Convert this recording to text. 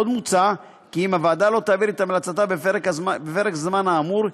עוד מוצע כי אם הוועדה לא תעביר את המלצתה בפרק הזמן האמור,